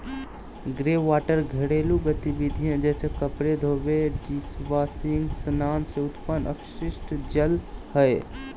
greywater घरेलू गतिविधिय जैसे कपड़े धोने, डिशवाशिंग स्नान से उत्पन्न अपशिष्ट जल हइ